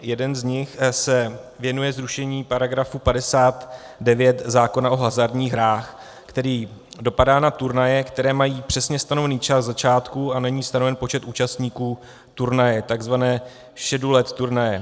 Jeden z nich se věnuje zrušení § 59 zákona o hazardních hrách, který dopadá na turnaje, které mají přesně stanovený čas začátku, a není stanoven počet účastníků turnaje, tzv. scheduled turnaje.